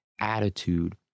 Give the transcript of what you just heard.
attitude